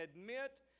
admit